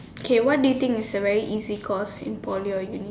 okay what do you think is a very easy course in Poly or uni